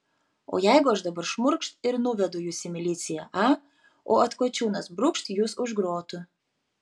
o jeigu aš dabar šmurkšt ir nuvedu jus į miliciją a o atkočiūnas brūkšt jus už grotų